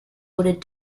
wooded